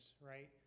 right